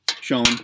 shown